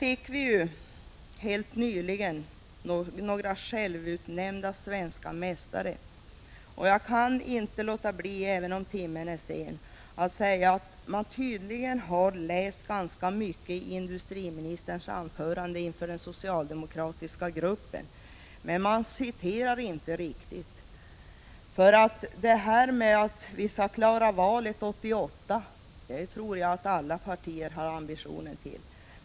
Vi har vidare helt nyligen fått några självutnämnda svenska mästare. Även om timmen är sen kan jag inte låta bli att säga att de tydligen har läst ganska mycket i industriministerns anförande inför den socialdemokratiska gruppen. Men man citerar inte korrekt. Att klara valet 1988 tror jag är en ambition som alla partier har.